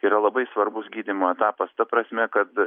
yra labai svarbus gydymo etapas ta prasme kad